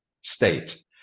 state